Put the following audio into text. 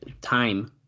time